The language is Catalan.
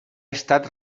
estat